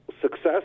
success